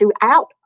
throughout